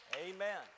Amen